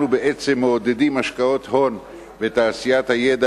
אנחנו בעצם מעודדים השקעות הון בתעשיית הידע